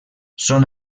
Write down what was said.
són